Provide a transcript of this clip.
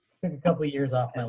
couple years off and